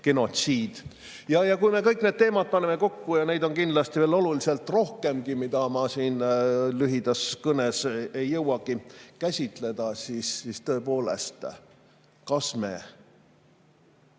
genotsiid. Kui me kõik need teemad paneme kokku – ja neid on kindlasti veel oluliselt rohkemgi, mida ma siin lühidas kõnes ei jõua käsitleda –, siis tõepoolest, kas me